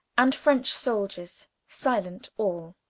and french souldiors, silent all.